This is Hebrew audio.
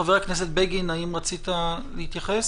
חבר הכנסת בגין, האם רצית להתייחס?